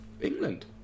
England